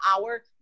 hour